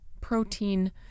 protein